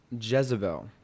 Jezebel